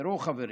תראו, חברים,